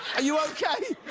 are you okay?